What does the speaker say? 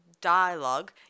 dialogue